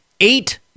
eight